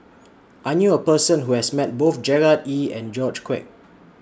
I knew A Person Who has Met Both Gerard Ee and George Quek